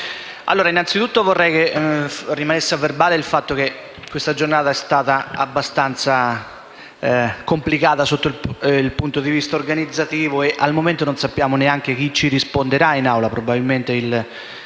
Governo, innanzitutto vorrei che rimanesse a verbale il fatto che questa giornata è stata abbastanza complicata sotto il punto di vista organizzativo e, al momento, neanche sappiamo chi ci risponderà in Assemblea. Probabilmente il